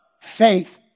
faith